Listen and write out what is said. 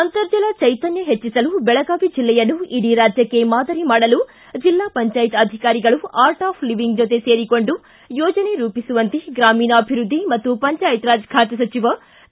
ಅಂತರಜಲ ಚೈತನ್ಣ ಹೆಚ್ಚಿಸಲು ಬೆಳಗಾವಿ ಜಿಲ್ಲೆಯನ್ನು ಇಡೀ ರಾಜ್ಯಕ್ಷೆ ಮಾದರಿ ಮಾಡಲು ಜಿಲ್ಲಾ ಪಂಚಾಯತ್ ಅಧಿಕಾರಿಗಳು ಆರ್ಟ್ ಆಫ್ ಲಿವಿಂಗ್ ಜತೆ ಸೇರಿಕೊಂಡು ಯೋಜನೆ ರೂಪಿಸುವಂತೆ ಗ್ರಾಮೀಣಾಭಿವೃದ್ದಿ ಮತ್ತು ಪಂಚಾಯತ್ ರಾಜ್ ಖಾತೆ ಸಚಿವ ಕೆ